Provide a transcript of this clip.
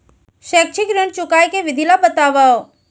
शैक्षिक ऋण चुकाए के विधि ला बतावव